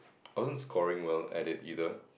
I wasn't scoring well at it either